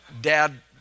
dad